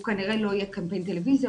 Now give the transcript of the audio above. הוא כנראה לא יהיה קמפיין טלוויזיה,